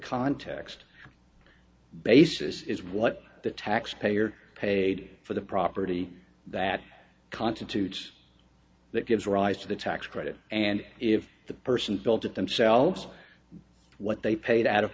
context basis is what the taxpayer paid for the property that constitutes that gives rise to the tax credit and if the person felt it themselves what they paid out of